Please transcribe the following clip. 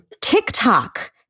TikTok